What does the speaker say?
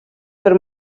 per